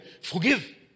forgive